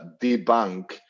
debunk